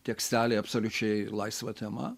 tekstelį absoliučiai laisva tema